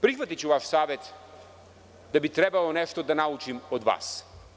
Prihvatiću vaš savet da bi trebalo nešto da naučim od vas.